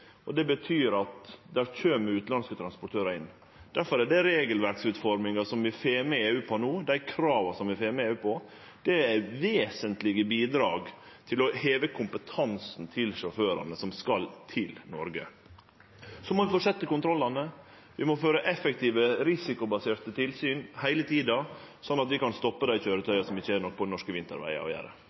Det betyr at det kjem utanlandske transportørar inn. Difor er den regelverksutforminga vi får EU med på no, dei krava vi får EU med på, vesentlege bidrag for å heve kompetansen til sjåførane som skal til Noreg. Så må ein fortsetje med kontrollane, vi må føre effektive, risikobaserte tilsyn heile tida, slik at vi kan stoppe dei køyretøya som ikkje har noko på norske vintervegar å gjere.